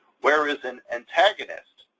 whereas, an antagonist,